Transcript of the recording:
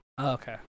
okay